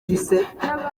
yise